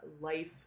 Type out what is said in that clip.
life